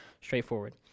straightforward